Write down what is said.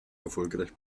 erfolgreich